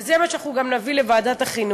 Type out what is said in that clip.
וזה גם מה שנביא לוועדת החינוך,